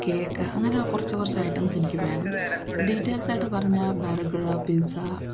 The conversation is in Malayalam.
കേക്ക് അങ്ങനെയുള്ള കുറച്ച് കുറച്ച് ഐറ്റംസ് എനിക്ക് വേണം ഡീറ്റൈൽസായിട്ട് പറഞചഞ്ഞാൽ ബർഗർ പിസ്സ